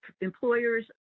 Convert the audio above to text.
employers